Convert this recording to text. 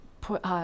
put